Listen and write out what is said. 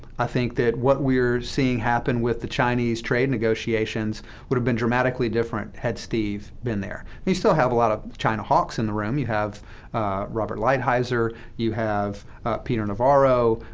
i think that what we are seeing happen with the chinese trade negotiations would have been dramatically different had steve been there. you still have a lot of china hawks in the room. you have robert lighthizer. you have peter navarro.